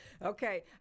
Okay